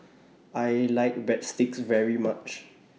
I like Breadsticks very much